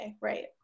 right